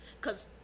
cause